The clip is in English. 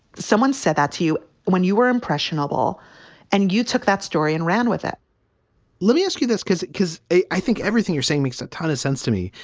someone said that to you when you were impressionable and you took that story and ran with it let me ask you this because because i think everything you're saying makes a ton of sense to me.